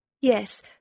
Yes